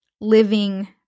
living